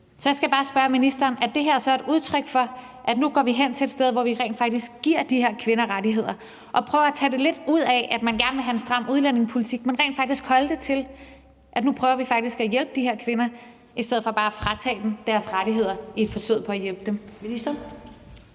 Så jeg skal bare spørge ministeren, om det her så er et udtryk for, at vi nu kommer hen til et sted, hvor vi rent faktisk giver de her kvinder nogle rettigheder, og prøver at tage det lidt væk fra det med, at man gerne vil have en stram udlændingepolitik, men at vi holder det til, at vi nu faktisk prøver at hjælpe de her kvinder, i stedet for bare at fratage dem deres rettigheder i forsøget på at hjælpe dem. Kl.